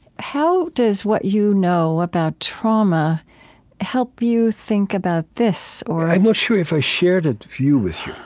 how does what you know about trauma help you think about this or? i'm not sure if i share that view with